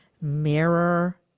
mirror